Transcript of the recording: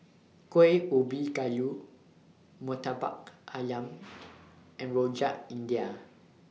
Kueh Ubi Kayu Murtabak Ayam and Rojak India